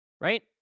right